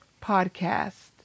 podcast